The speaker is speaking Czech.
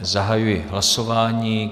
Zahajuji hlasování.